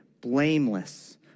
blameless